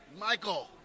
Michael